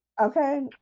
Okay